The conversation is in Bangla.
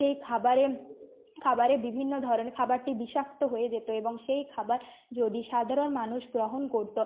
সেই খাবারে খাবারে বিভিন্ন ধরনের খাবারটি বিষাক্ত হয়ে যেত এবং সেই খাবার যদি সাধারণ মানুষ গ্রহণ করতো